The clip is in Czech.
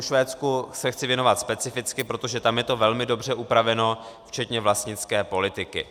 Švédsku se chci věnovat specificky, protože tam je to velmi dobře upraveno včetně vlastnické politiky.